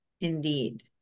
Indeed